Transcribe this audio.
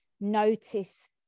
notice